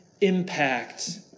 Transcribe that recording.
impact